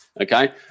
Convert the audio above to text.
okay